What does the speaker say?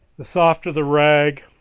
the softer the rag,